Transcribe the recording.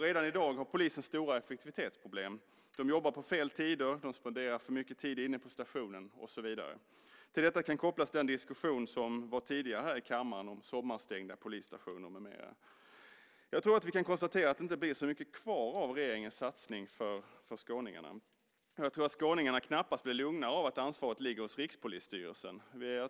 Redan i dag har polisen stora effektivitetsproblem. Poliserna jobbar på fel tider, spenderar för mycket tid på stationen och så vidare. Till detta kan kopplas den tidigare diskussionen i kammaren om sommarstängda polisstationer med mera. Vi kan konstatera att det nog inte blir så mycket kvar för skåningarna av regeringens satsning. Jag tror knappast att skåningarna blir lugnare av att ansvaret ligger hos Rikspolisstyrelsen.